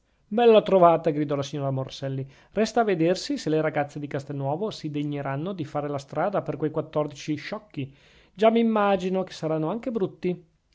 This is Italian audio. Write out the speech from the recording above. bella trovata gridò la signora morselli resta a vedersi se le ragazze di castelnuovo si degneranno di fare la strada per quei quattordici sciocchi già m'immagino che saranno anche brutti